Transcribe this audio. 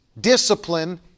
discipline